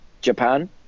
Japan